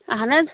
اَہَن حظ